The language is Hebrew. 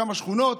כמה שכונות,